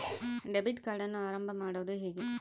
Debit ಕಾರ್ಡನ್ನು ಆರಂಭ ಮಾಡೋದು ಹೇಗೆ?